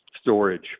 storage